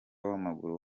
w’amaguru